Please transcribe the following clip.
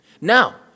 Now